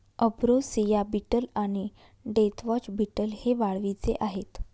ambrosia beetle आणि deathwatch beetle हे वाळवीचे आहेत